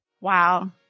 Wow